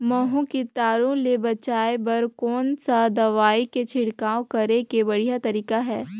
महू कीटाणु ले बचाय बर कोन सा दवाई के छिड़काव करे के बढ़िया तरीका हे?